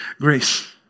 grace